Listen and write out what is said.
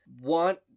want